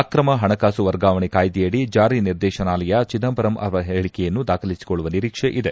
ಅಕ್ರಮ ಪಣಕಾಸು ವರ್ಗಾವಣೆ ಕಾಯ್ದೆಯಡಿ ಜಾರಿ ನಿರ್ದೇಶನಾಲಯ ಚಿದಂಬರಂ ಅವರ ಹೇಳಕೆಯನ್ನು ದಾಖಲಿಸಿಕೊಳ್ಳುವ ನಿರೀಕ್ಷೆ ಇದೆ